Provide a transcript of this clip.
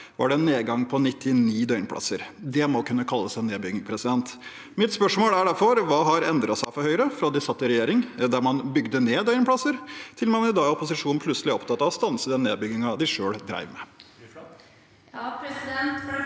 var en nedgang på 99 døgnplasser. Det må kunne kalles en nedbygging. Mitt spørsmål er derfor: Hva har endret seg for Høyre fra de satt i regjering, der man bygde ned døgnplasser, til man i dag i opposisjon plutselig er opptatt av å stanse den nedbyggingen de selv drev med?